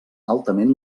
altament